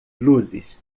luzes